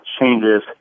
Changes